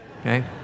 okay